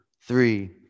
three